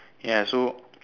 ya so